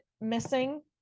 missing